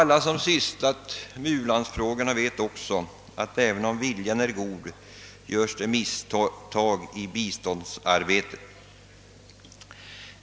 Alla som sysslar med u-landsfrågorna vet också, att även om viljan är god, görs: det misstag i biståndsarbetet.